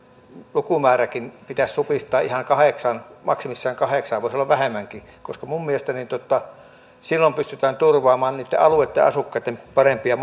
lukumääräkin pitäisi supistaa ihan maksimissaan kahdeksaan voisi olla vähemmänkin koska minun mielestäni silloin pystytään turvaamaan niitten alueitten asukkaille parempia